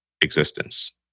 existence